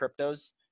cryptos